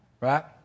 Right